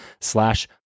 slash